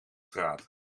straat